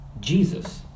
Jesus